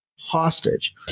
hostage